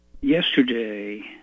Yesterday